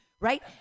right